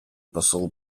посол